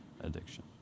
addiction